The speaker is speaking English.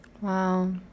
Wow